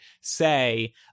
say